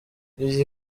iyi